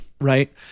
right